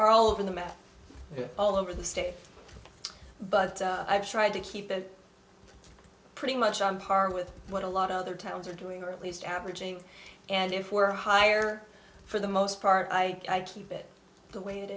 are all over the map all over the state but i've tried to keep it pretty much on par with what a lot of other towns are doing or at least averaging and if we're higher for the most part i keep it the way it